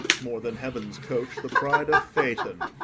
more than heaven's coach the pride of phaeton.